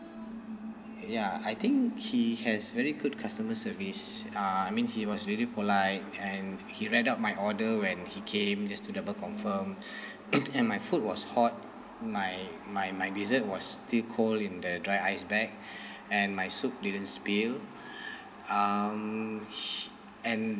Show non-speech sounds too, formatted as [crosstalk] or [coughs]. ya I think he has very good customer service uh I mean he was really polite and he read out my order when he came just to double confirm [coughs] and my food was hot my my my dessert was still cold in the dry ice bag and my soup didn't spill um he and